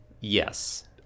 Yes